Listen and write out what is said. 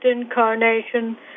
incarnation